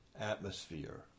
atmosphere